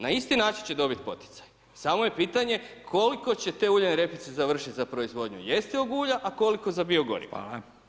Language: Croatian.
Na isti način će dobit poticaj, samo je pitanje koliko će te uljane repice završit za proizvodnju jestivog ulja, a koliko za biogoriva.